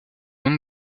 nom